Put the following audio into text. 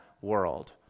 world